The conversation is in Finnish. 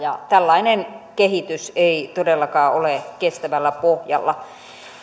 tällainen kehitys ei todellakaan ole kestävällä pohjalla